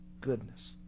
goodness